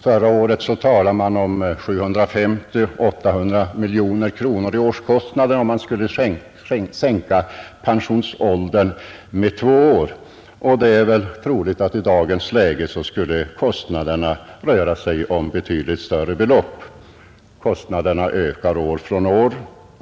Förra året räknade man med att det skulle kosta 750 — 800 miljoner kronor om året att sänka pensionsåldern med två år. Det är troligt att kostnaderna i dag skulle röra sig om betydligt större belopp.